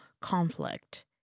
conflict